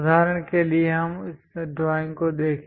उदाहरण के लिए हम इस ड्राइंग को देखें